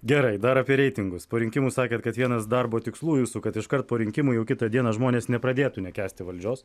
gerai dar apie reitingus po rinkimų sakėt kad vienas darbo tikslų jūsų kad iškart po rinkimų jau kitą dieną žmonės nepradėtų nekęsti valdžios